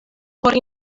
por